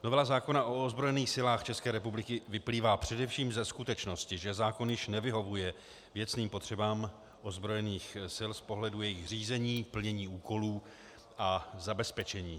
Novela zákona o ozbrojených silách České republiky vyplývá především ze skutečnosti, že zákon již nevyhovuje věcným potřebám ozbrojených sil z pohledu jejich řízení, plnění úkolů a zabezpečení.